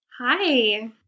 Hi